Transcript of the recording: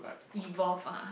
evolve ah